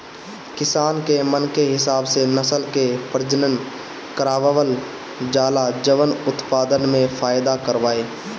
किसान के मन के हिसाब से नसल के प्रजनन करवावल जाला जवन उत्पदान में फायदा करवाए